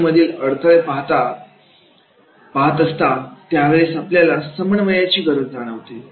company मधील अडथळे पाहत असतो त्यावेळेस आपल्याला समन्वयाची गरज जाणवते